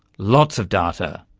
lots of data,